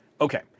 Okay